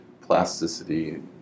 plasticity